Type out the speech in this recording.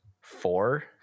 Four